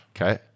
Okay